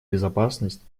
безопасность